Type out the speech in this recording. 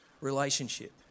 relationship